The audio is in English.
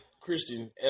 Christian